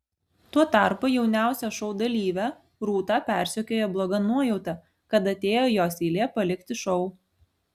tuo tarpu jauniausią šou dalyvę rūtą persekioja bloga nuojauta kad atėjo jos eilė palikti šou